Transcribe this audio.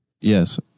Yes